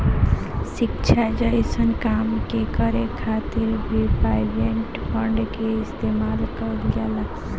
शिक्षा जइसन काम के करे खातिर भी प्राइवेट फंड के इस्तेमाल कईल जाला